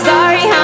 Sorry